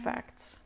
Facts